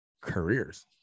careers